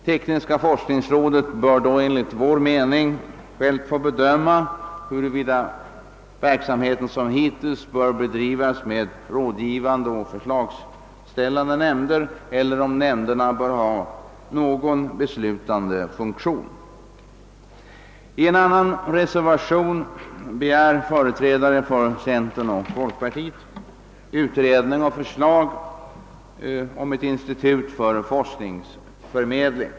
Tekniska forskningsrådet bör då enligt vår mening självt få bedöma, huruvida verksamheten liksom hittills bör bedrivas med rådgivande och förslagsställande nämnder eller om nämnderna bör ha någon beslutande funktion. I en annan reservation begär företrädare för centerpartiet och folkpartiet utredning och förslag om ett institut för forskningsförmedling.